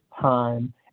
time